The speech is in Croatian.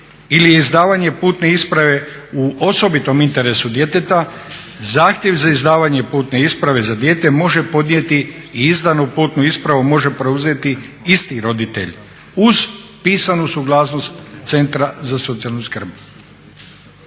ili je izdavanje putne isprave u osobitom interesu djeteta, zahtjev za izdavanje putne isprave za dijete može podnijeti i izdanu putnu ispravu može preuzeti isti roditelj uz pisanu suglasnost centra za socijalnu skrb.